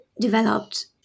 developed